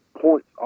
points